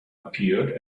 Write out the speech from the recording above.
appeared